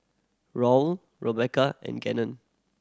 Roel Rebecca and Gannon